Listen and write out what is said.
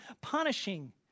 punishing